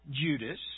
Judas